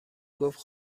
گفت